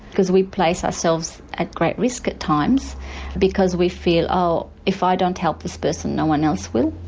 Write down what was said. because we place ourselves at great risk at times because we feel oh, if i don't help this person no one else will,